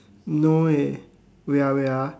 no eh wait ah wait ah